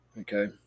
okay